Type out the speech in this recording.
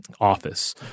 office